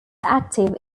active